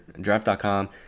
draft.com